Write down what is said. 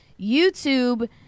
YouTube